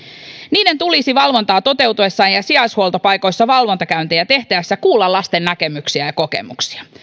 niiden tulisi valvontaa toteuttaessaan ja sijaishuoltopaikoissa valvontakäyntejä tehdessään kuulla lasten näkemyksiä ja kokemuksia